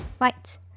right